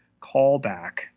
callback